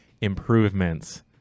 improvements